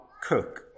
cook